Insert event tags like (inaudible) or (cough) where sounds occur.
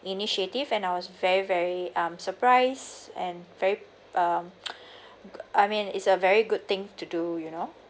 initiative and I was very very um surprised and very um (noise) I mean it's a very good thing to do you know